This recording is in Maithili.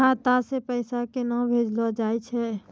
खाता से पैसा केना भेजलो जाय छै?